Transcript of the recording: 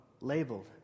labeled